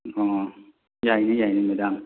ꯑꯣ ꯌꯥꯏꯅꯦ ꯌꯥꯏꯅꯦ ꯃꯦꯗꯥꯝ